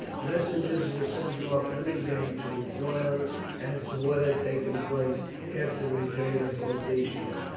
messengers were sent off every day to inquire as to what had taken place after the return of boadicea,